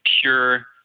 pure